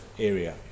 area